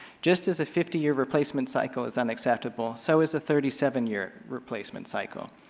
just as a fifty year replacement cycle is unacceptable, so is a thirty seven year replacement cycle.